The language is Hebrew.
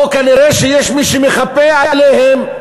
או כנראה שיש מי שמחפה עליהם,